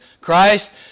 Christ